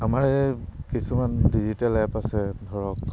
আমাৰ এই কিছুমান ডিজিটেল এপ আছে ধৰক